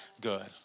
good